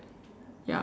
ya